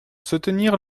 soutenir